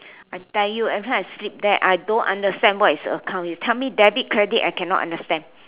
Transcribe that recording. i tell you everytime I sleep there I don't understand what is account you tell me debit credit I cannot understand